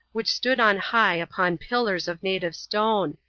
which stood on high upon pillars of native stone,